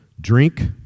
drink